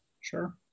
Sure